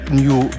new